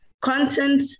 content